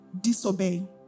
disobey